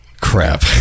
Crap